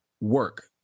work